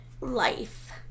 life